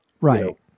right